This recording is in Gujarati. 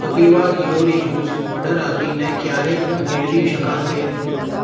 કપીવા ગિલોરી જ્યુસ ઓર્ડર આપીને ક્યારે મેળવી શકાશે